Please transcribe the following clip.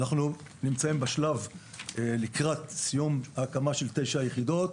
אנחנו נמצאים בשלב לקראת סיום ההקמה של תשע היחידות.